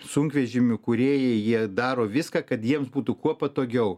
sunkvežimių kūrėjai jie daro viską kad jiems būtų kuo patogiau